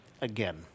again